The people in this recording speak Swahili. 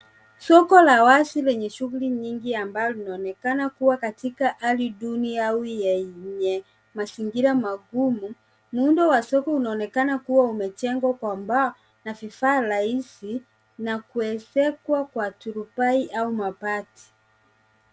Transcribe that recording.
Soko la wazi lenye shughuli nyingi ambalo linaonekana kuwa katika hali duni au yenye mazingira magumu. Muundo wa soko unaonekana kuwa umejengwa kwa mbao na vifaa rahisi na kuezekwa kwa turubai au mabati.